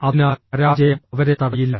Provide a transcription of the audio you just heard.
അതിനാൽ പരാജയം അവരെ തടയില്ല